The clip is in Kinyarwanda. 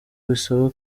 bisaba